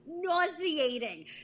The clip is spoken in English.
nauseating